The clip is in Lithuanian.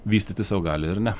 vystytis o gali ir ne